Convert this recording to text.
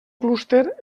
clúster